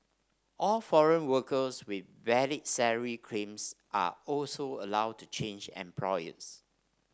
all foreign workers with valid salary claims are also allowed to change employers